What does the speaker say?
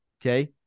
Okay